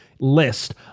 list